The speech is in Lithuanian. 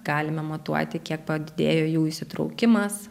galime matuoti kiek padidėjo jų įsitraukimas